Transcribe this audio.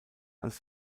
als